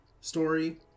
story